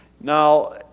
Now